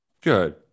Good